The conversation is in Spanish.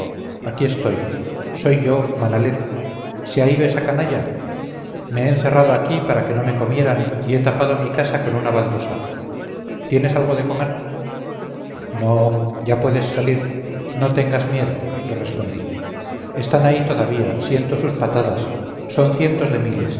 aquí estoy soy yo manalet se ha ido esa canalla me he encerrado aquí para que no me comieran y he tapado mi casa con una baldosa tienes algo de comer no ya puedes salir no tengas miedo le respondí están ahí todavía siento sus patadas son cientos de miles